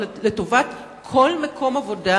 אלא לטובת כל מקום עבודה